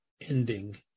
ending